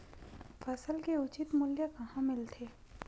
फसल के उचित मूल्य कहां मिलथे?